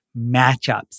matchups